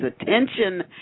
attention